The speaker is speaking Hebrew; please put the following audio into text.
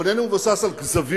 הוא איננו מבוסס על כזבים,